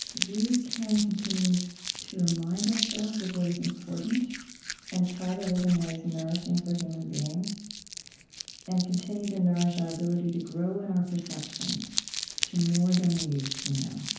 we can continue to remind ourselves of what is important and try to live in ways nourishing for human beings and continue to nourish our ability to grow in our perceptions to more than we used to know,